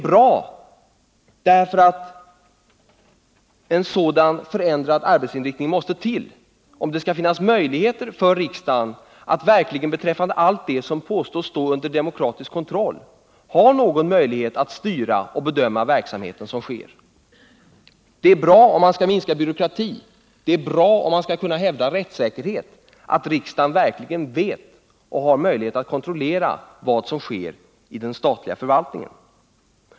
Bra därför att en sådan måste till om det skall finnas möjligheter för riksdagen att verkligen styra och bedöma den verksamhet som påstås stå under demokratisk kontroll. En sådan förändring av riksdagens arbetsinriktning är också bra om man vill minska byråkratin. För att kunna hävda rättssäkerheten är det nödvändigt att riksdagen verkligen vet och har möjlighet att kontrollera vad som sker i den statliga förvaltningen.